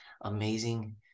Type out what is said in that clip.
amazing